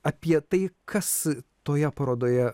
apie tai kas toje parodoje